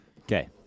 Okay